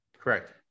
Correct